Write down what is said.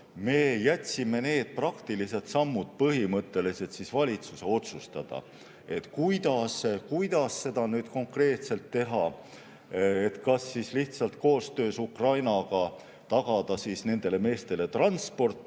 jätsime need praktilised sammud põhimõtteliselt valitsuse otsustada, kuidas seda konkreetselt teha. Kas tuleks lihtsalt koostöös Ukrainaga tagada nendele meestele transport